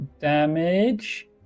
damage